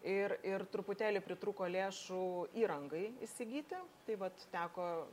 ir ir truputėlį pritrūko lėšų įrangai įsigyti tai vat teko